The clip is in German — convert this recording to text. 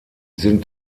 sind